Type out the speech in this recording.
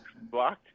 blocked